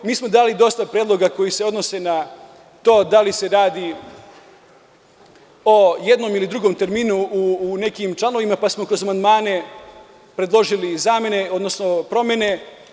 Dali smo dosta predloga koji se odnose na to da li se radi o jednom ili drugom terminu u nekim članovima, pa smo kroz amandmane predložili zamene, odnosno promene.